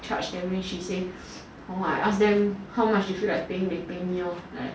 charge them then she say oh I ask them how much they feel like paying then pay me lor like that